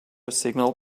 signal